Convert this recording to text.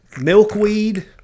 milkweed